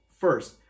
first